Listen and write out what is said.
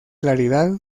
claridad